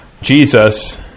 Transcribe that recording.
Jesus